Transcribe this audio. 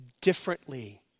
differently